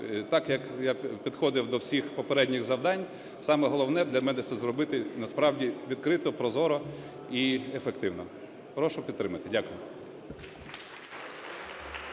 так, як я підходив до всіх попередніх завдань, саме головне для мене – це зробити насправді відкрито, прозоро і ефективно. Прошу підтримати. Дякую.